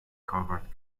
covered